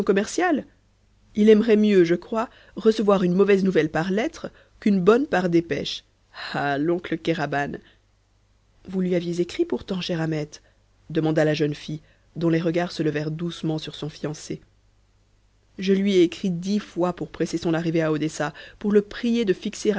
il aimerait mieux je crois recevoir une mauvaise nouvelle par lettre qu'une bonne par dépêche ah l'oncle kéraban vous lui aviez écrit pourtant cher ahmet demanda la jeune fille dont les regards se levèrent doucement sur son fiancé je lui ai écrit dix fois pour presser son arrivée à odessa pour le prier de fixer